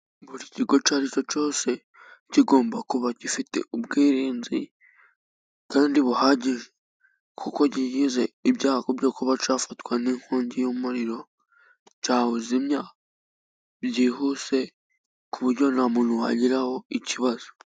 Buri kigo cyose cyose kigomba kuba gifite ubwirinzi kandi buhagije kuko kigize ibyago byo kuba cyafatwa n'inkongi y'umuriro cyawuzimya byihuse ku buryo nta muntu wagiraho ikibazo.